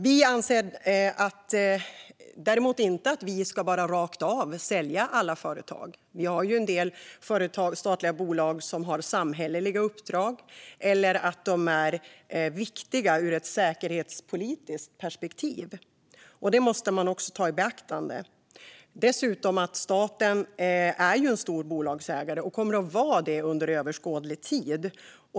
Vi anser däremot inte att vi rakt av ska sälja alla företag. Vi har ju en del statliga bolag som har samhälleliga uppdrag eller som är viktiga ur ett säkerhetspolitiskt perspektiv. Det måste man också ta i beaktande. Dessutom är staten en stor bolagsägare och kommer att vara det under överskådlig tid.